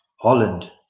Holland